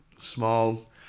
small